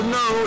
no